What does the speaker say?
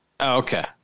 Okay